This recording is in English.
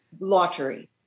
lottery